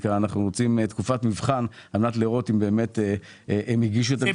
אנחנו רוצים תקופת מבחן על מנת לראות אם באמת הם הגישו את המסמכים.